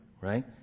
right